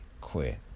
quit